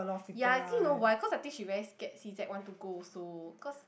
ya I think you know why cause I think she very scared C_Z want to go also cause